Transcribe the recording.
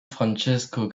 francesco